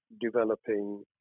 developing